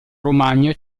romagna